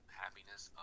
happiness